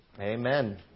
Amen